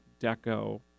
Deco